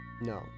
No